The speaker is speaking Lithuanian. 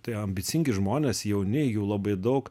tai ambicingi žmonės jauni jų labai daug